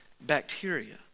bacteria